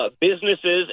businesses